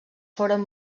foren